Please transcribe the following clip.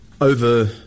over